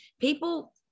people